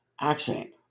accident